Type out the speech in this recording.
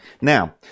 Now